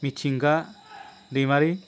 मिथिंगा दैमारि